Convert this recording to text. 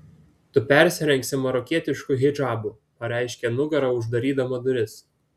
tu persirengsi marokietišku hidžabu pareiškė nugara uždarydama duris